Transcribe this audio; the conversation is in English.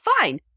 fine